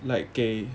like 给